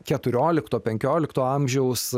keturiolikto penkiolikto amžiaus